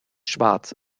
schwarz